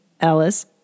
Ellis